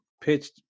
pitched